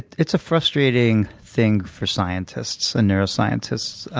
it's a frustrating thing for scientists and neuroscientists.